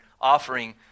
offering